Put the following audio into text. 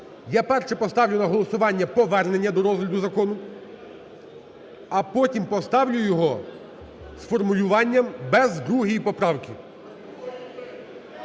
Я першим поставлю на голосування повернення до розгляду закону. А потім поставлю його з формулюванням без другої поправки.